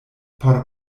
por